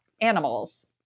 animals